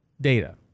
data